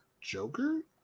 Joker